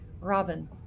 Robin